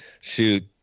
shoot